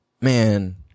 man